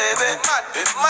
baby